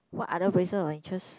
what other places of interest